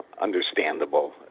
understandable